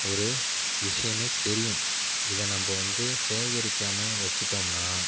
ஒரு விஷயமே தெரியும் இதை நம்ப வந்து சேகரிக்காமல் வெச்சுட்டோம்னா